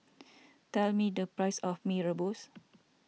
tell me the price of Mee Rebus